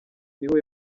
niho